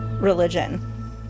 religion